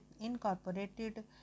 incorporated